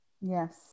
Yes